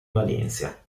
valencia